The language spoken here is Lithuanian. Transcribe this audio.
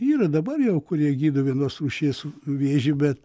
yra dabar jau kurie gydo vienos rūšies vėžį bet